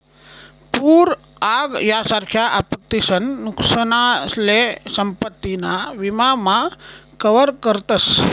पूर आग यासारख्या आपत्तीसन नुकसानसले संपत्ती ना विमा मा कवर करतस